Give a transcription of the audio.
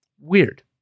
Weird